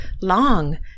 long